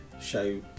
show